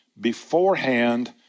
beforehand